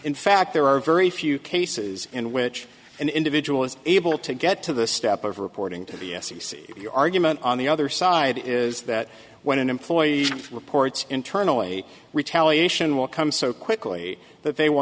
in fact there are very few cases in which an individual is able to get to the step of reporting to the f c c your argument on the other side is that when an employee reports internally retaliation will come so quickly that they will